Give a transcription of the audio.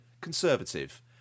Conservative